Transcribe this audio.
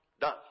done